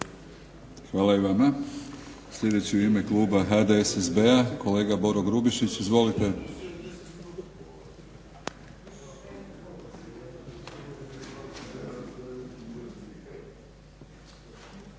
Hvala i vama. Sljedeći u ime kluba HDSSB-a kolega Boro Grubišić. Izvolite. **Grubišić,